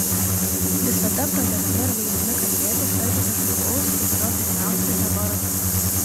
visada pradėdami ar baigdami kalbėti ištarkite žmogaus su kuriuo pietausite vardą